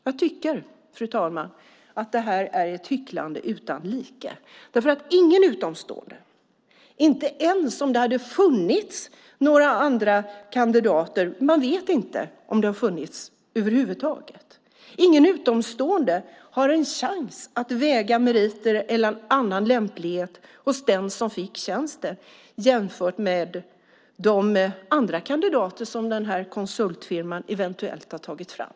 Jag tycker, fru talman, att detta är ett hycklande utan like. Ingen utomstående, inte ens om det hade funnits andra kandidater - man vet inte om det över huvud taget har funnits några - har en chans att väga meriter eller annan lämplighet hos den som fick tjänsten jämfört med de andra kandidater som den här konsultfirman eventuellt har tagit fram.